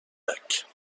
lac